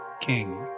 king